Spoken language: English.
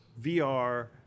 VR